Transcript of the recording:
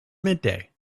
midday